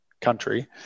country